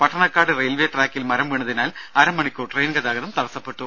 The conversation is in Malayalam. പട്ടണക്കാട് റെയിൽവേ ട്രാക്കിൽ മരം വീണതിനാൽ അര മണിക്കൂർ ട്രെയിൻ ഗതാഗതവും തടസപ്പെട്ടു